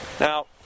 Now